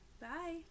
Bye